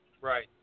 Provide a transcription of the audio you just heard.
right